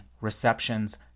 receptions